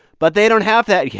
but they don't have that yet.